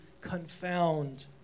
confound